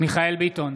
מיכאל מרדכי ביטון,